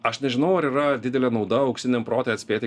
aš nežinau ar yra didelė nauda auksiniam prote atspėti